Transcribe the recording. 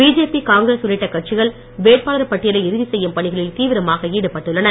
BJP Congress உள்ளிட்ட கட்சிகள் வேட்பாளர் பட்டியலை இறுதிச் செய்யும் பணிகளில் தீவிரமாக ஈடுபட்டுள்ளன